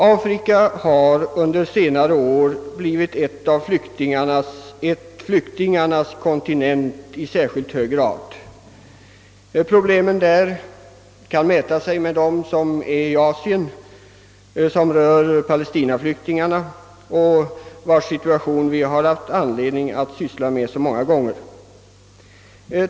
Afrika har under senare år i särskilt hög grad blivit en flyktingarnas kontinent. Problemen är jämförbara med dem som man har i Asien när det gäller Palestina-flyktingarna, vilkas situation vi haft anledning att syssla med så många gånger.